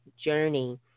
journey